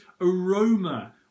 aroma